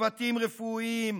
צוותים רפואיים,